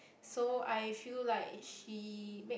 so I feel like she make